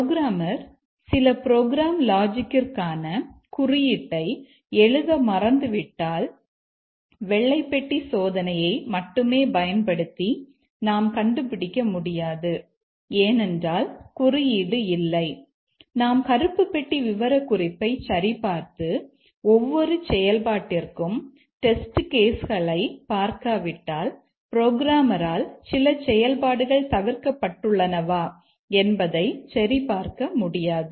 programmer சில program லாஜிக்ற்கான குறியீட்டை எழுத மறந்துவிட்டால் வெள்ளை பெட்டி சோதனையை மட்டுமே பயன்படுத்தி நாம் கண்டுபிடிக்க முடியாது ஏனென்றால் குறியீடு இல்லை நாம் கருப்பு பெட்டி விவரக்குறிப்பை சரிபார்த்து ஒவ்வொரு செயல்பாட்டிற்கும் டெஸ்ட் கேஸ் களைப் பார்க்காவிட்டால் புரோகிராமரால் சில செயல்பாடுகள் தவிர்க்கப்பட்டுள்ளனவா என்பதை சரிபார்க்க முடியாது